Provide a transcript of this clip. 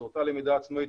זו אותה למידה עצמאית.